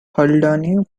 haldane